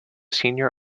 senior